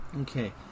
Okay